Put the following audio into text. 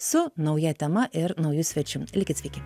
su nauja tema ir nauju svečiu likit sveiki